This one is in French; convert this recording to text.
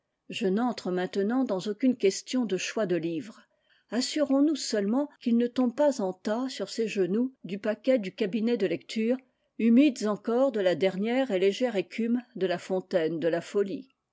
je n'entre maintenant dans aucune question de choix de livres assurons nous seulement qu'ils ne tombent pas en tas sur ses genoux du paquet du cabinet de lecture humides encore de la dernière et légère écume de la fontaine de la folie